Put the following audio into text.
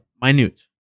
minute